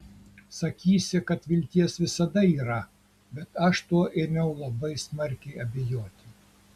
sakysi kad vilties visada yra bet aš tuo ėmiau labai smarkiai abejoti